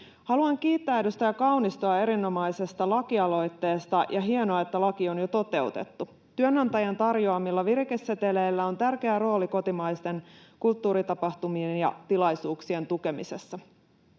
Haluan kiittää edustaja Kaunistoa erinomaisesta lakialoitteesta, ja hienoa, että laki on jo toteutettu. Työnantajan tarjoamilla virikeseteleillä on tärkeä rooli kotimaisten kulttuuritapahtumien ja ‑tilaisuuksien tukemisessa.